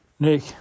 Nick